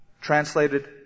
translated